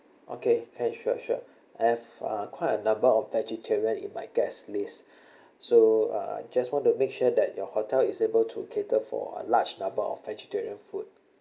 okay can sure sure as uh quite a number of vegetarian in my guest list so uh just want to make sure that your hotel is able to cater for a large number of vegetarian food